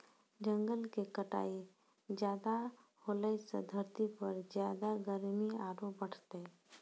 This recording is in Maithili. जंगल के कटाई ज्यादा होलॅ सॅ धरती पर ज्यादा गर्मी आरो बढ़तै